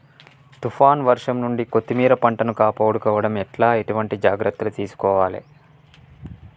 తుఫాన్ వర్షం నుండి కొత్తిమీర పంటను కాపాడుకోవడం ఎట్ల ఎటువంటి జాగ్రత్తలు తీసుకోవాలే?